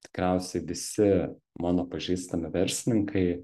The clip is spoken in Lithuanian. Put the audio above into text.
tikriausiai visi mano pažįstami verslininkai